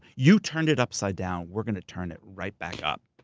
you turned it upside down, we're gonna turn it right back up.